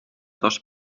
dos